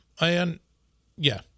and—yeah